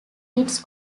its